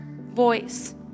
voice